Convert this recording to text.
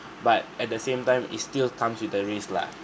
but at the same time it still comes with a risk lah